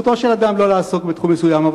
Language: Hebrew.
זכותו של אדם לא לעסוק בתחום מסוים.